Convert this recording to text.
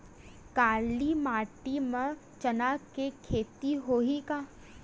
काली माटी म चना के खेती होही का?